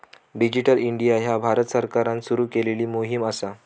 digital India ह्या भारत सरकारान सुरू केलेली मोहीम असा